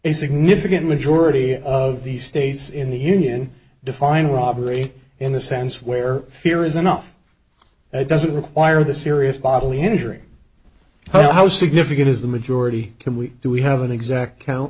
a significant majority of the states in the union define robbery in the sense where fear is enough it doesn't require the serious bodily injury so how significant is the majority can we do we have an exact count